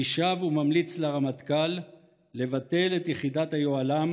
אני שב וממליץ לרמטכ"ל לבטל את יחידת היוהל"ם